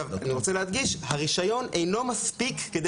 אני רוצה להדגיש: הרישיון אינו מספיק כדי